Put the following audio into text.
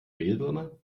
mehlwürmer